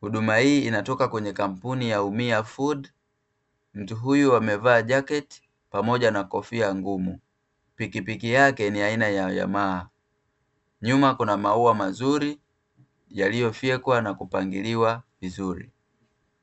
huduma hii inatoka kwenye kampuni ya ''UMIA FOOD''. Mtu huyu amevaa jaketi pamoja na kofia ngumu. Pikipiki yake ni aina ya ''Yamaha''. Nyuma kuna maua mazuri yaliyofyekwa na kupangiliwa vizuri.